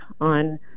on